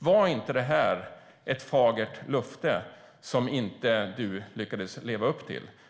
Var inte det här ett fagert löfte som du inte lyckades leva upp till?